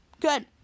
good